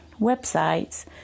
websites